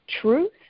truth